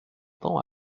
temps